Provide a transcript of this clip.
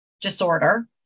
disorder